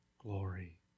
glory